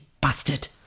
bastard